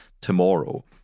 tomorrow